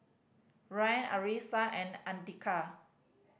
Ryan Arissa and Andika